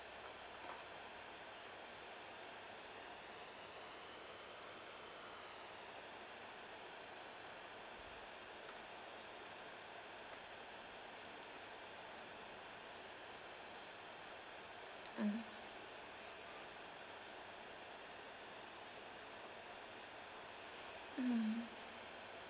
mm mm